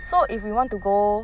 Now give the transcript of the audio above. so if you want to go